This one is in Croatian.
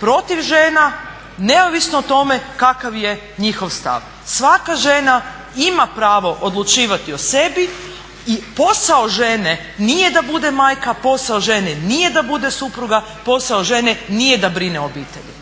protiv žena neovisno o tome kakav je njihov stav. Svaka žena ima pravo odlučivati o sebi i posao žene nije da bude majka, posao žene nije da bude supruga, posao žene nije da brine o obitelji.